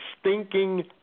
stinking